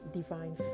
divine